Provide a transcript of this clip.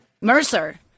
mercer